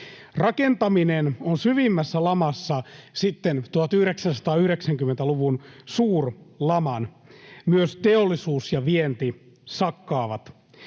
Rakentaminen on syvimmässä lamassa sitten 1990-luvun suurlaman. Myös teollisuus ja vienti sakkaavat.